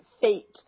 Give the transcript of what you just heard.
fate